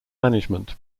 management